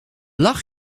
lag